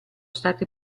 stati